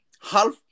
half